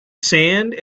sand